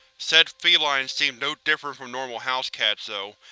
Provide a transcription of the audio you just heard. said felines seemed no different from normal housecats, though,